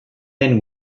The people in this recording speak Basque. den